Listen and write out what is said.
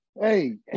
Hey